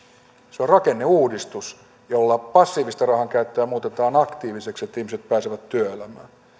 se on rakenneuudistus jolla passiivista rahankäyttöä muutetaan aktiiviseksi jotta ihmiset pääsevät työelämään